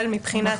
אבל מבחינת